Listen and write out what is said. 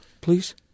please